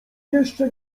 jeszcze